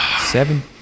seven